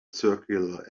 circular